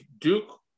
Duke